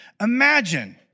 Imagine